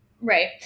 Right